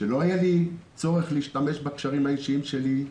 שלא יהיה לי צורך להשתמש בקשרים האישיים שלי,